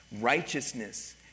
Righteousness